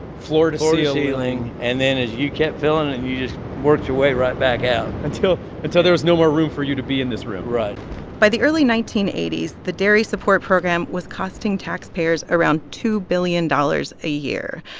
floor-to-ceiling and then as you kept filling it, you just worked your way right back out until until there was no more room for you to be in this room right by the early nineteen eighty s, the dairy support program was costing taxpayers around two billion dollars a year.